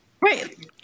Right